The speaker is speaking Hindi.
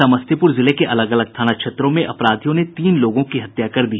समस्तीपुर जिले अलग अलग थाना क्षेत्रों में अपराधियों ने तीन लोगों की हत्या कर दी